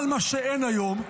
אבל מה שאין היום,